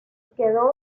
quedó